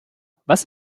was